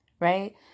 Right